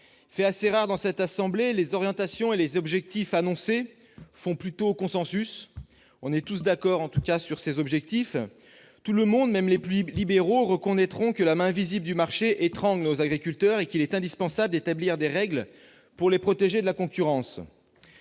Fait assez rare dans cette assemblée, les orientations et les objectifs annoncés font plutôt consensus : on est tous d'accord sur les objectifs. Tout le monde, même les plus libéraux, reconnaît que la main invisible du marché étrangle nos agriculteurs et qu'il est indispensable d'établir des règles pour les protéger de la concurrence.